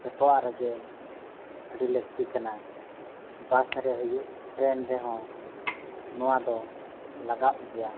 ᱡᱚᱛᱚᱣᱟᱜ ᱨᱮᱜᱮ ᱟᱹᱰᱤ ᱞᱟᱹᱠᱛᱤ ᱠᱟᱱᱟ ᱨᱮ ᱦᱩᱭᱩᱜ ᱨᱮᱦᱚᱸ ᱱᱚᱣᱟ ᱫᱚ ᱞᱟᱜᱟᱜ ᱜᱮᱭᱟ